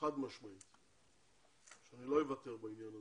חד משמעית שאני לא אוותר בעניין הזה.